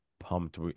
pumped